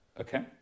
Okay